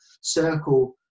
circle